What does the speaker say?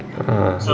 ah